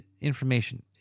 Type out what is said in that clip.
information